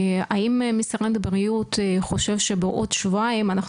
האם משרד הבריאות חושב שבעוד שבועיים אנחנו